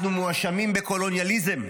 אנחנו מואשמים בקולוניאליזם,